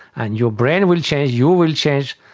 and your brain will change, you will change,